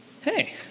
Hey